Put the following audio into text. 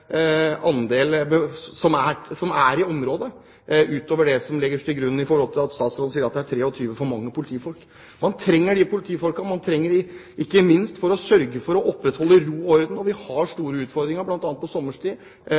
andel i området enn det som legges til grunn når statsråden sier at det er 23 politifolk for mye. Man trenger disse politifolkene. Man trenger dem ikke minst for å sørge for å opprettholde ro og orden. Vi har store utfordringer, bl.a. på sommerstid,